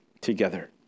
together